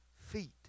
feet